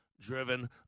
driven